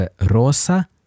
rosa